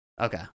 Okay